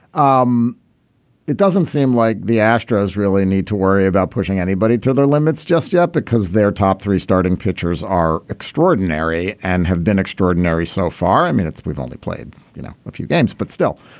um it doesn't seem like the astros really need to worry about pushing anybody to their limits just yet because their top three starting pitchers are extraordinary and have been extraordinary so far. i mean it's we've only played you know a few games but still.